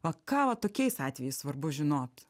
o ką va tokiais atvejais svarbu žinot